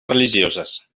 religioses